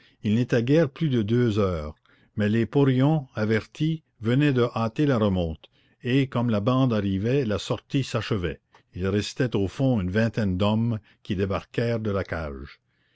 il n'était guère plus de deux heures mais les porions avertis venaient de hâter la remonte et comme la bande arrivait la sortie s'achevait il restait au fond une vingtaine d'hommes qui débarquèrent de la cage